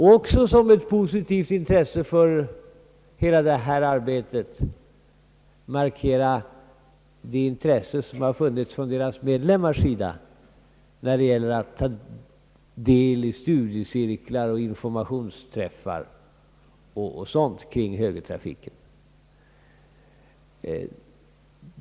Det har varit ett positivt intresse för hela detta arbete från medlemmarnas sida när det gäller att ta del i studiecirklar, informationsträffar och sådant kring högertrafiken.